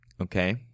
okay